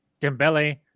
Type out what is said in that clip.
dembele